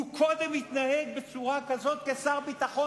הוא קודם התנהג בצורה כזאת כשר ביטחון